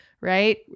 right